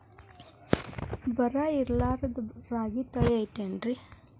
ಬರ ಇರಲಾರದ್ ರಾಗಿ ತಳಿ ಐತೇನ್ರಿ?